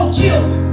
children